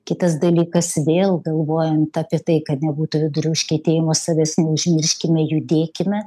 kitas dalykas vėl galvojant apie tai kad nebūtų vidurių užkietėjimo savęs neužmirškime judėkime